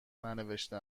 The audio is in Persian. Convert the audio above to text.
ننوشته